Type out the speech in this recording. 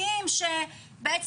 אני חייבת לומר בכנות ובגלוי.